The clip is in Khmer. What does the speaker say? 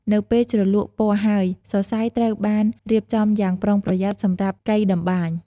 នៅពេលជ្រលក់ពណ៌ហើយ សរសៃត្រូវបានរៀបចំយ៉ាងប្រុងប្រយ័ត្នសម្រាប់កីតម្បាញ។